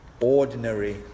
ordinary